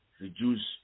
reduce